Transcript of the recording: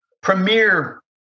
premier